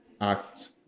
act